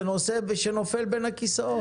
זה נושא שנופל בין הכיסאות.